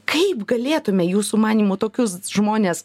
kaip galėtume jūsų manymu tokius žmones